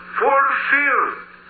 fulfilled